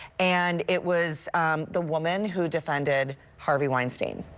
and it was the woman who defended harvey wienstein.